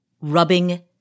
rubbing